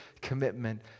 commitment